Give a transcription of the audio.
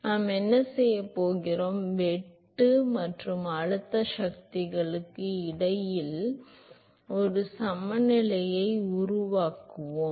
எனவே நாம் என்ன செய்யப் போகிறோம் வெட்டு மற்றும் அழுத்த சக்திகளுக்கு இடையில் ஒரு சமநிலையை உருவாக்குவோம்